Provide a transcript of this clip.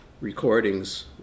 recordings